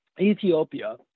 Ethiopia